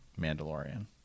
Mandalorian